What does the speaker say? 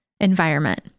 environment